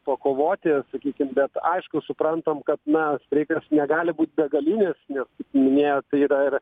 pakovoti sakykim bet aišku suprantam kad na streikas negali būt begalinis nes mnėjot tai yra ir